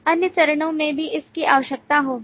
अन्य चरणों में भी इसकी आवश्यकता होगी